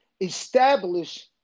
establish